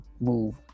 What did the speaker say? move